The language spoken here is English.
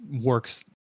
works